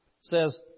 says